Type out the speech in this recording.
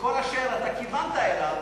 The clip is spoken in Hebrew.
שכל אשר אתה כיוונת אליו,